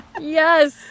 Yes